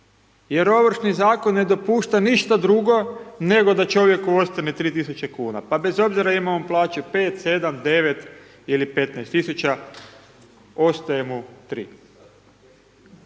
jer Ovršni zakon ne dopušta ništa drugo nego da čovjeku ostane 3000 kuna pa bez obzora imao on plaću 5, 7, 9 ili 15 000, ostaje mu 3.